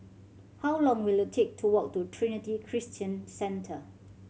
how long will it take to walk to Trinity Christian Centre